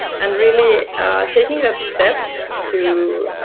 and really taking that step to